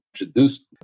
introduced